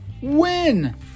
win